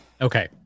Okay